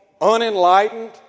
unenlightened